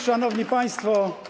Szanowni Państwo!